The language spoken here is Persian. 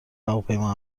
هواپیما